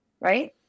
Right